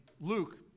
Luke